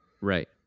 right